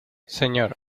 señor